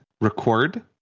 record